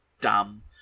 dumb